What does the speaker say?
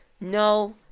no